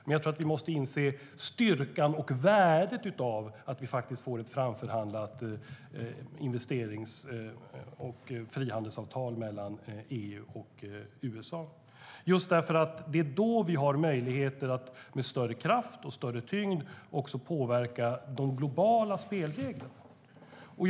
Men vi måste inse styrkan i och värdet av ett investerings och frihandelsavtal mellan EU och USA. Då har vi möjligheter att påverka de globala spelreglerna med större kraft och med större tyngd.